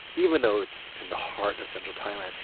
even though it's in the heart of central thailand,